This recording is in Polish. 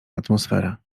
atmosferę